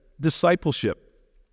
discipleship